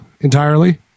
entirely